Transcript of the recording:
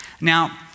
Now